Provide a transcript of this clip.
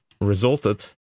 resulted